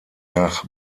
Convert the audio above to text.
nach